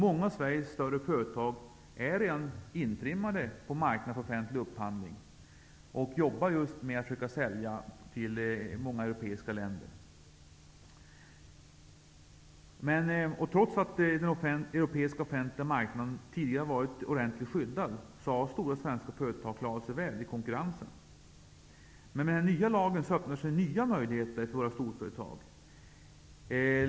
Många av Sveriges företag är redan intrimmade på marknaden för offentlig upphandling och jobbar med att försöka sälja till andra europeiska länder. Trots att den europeiska offentliga marknaden tidigare har varit ordentligt skyddad har de stora svenska företagen klarat sig väl i konkurrensen. Men med den nya lagen öppnar sig nya möjligheter för våra storföretag.